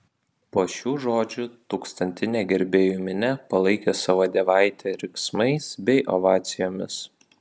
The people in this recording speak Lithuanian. po šių žodžių tūkstantinė gerbėjų minia palaikė savo dievaitę riksmais bei ovacijomis